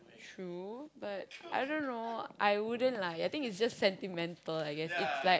true but I don't know I wouldn't lah I guess it's sentimental I guess it's like